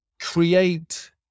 create